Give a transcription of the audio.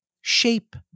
shape